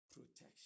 protection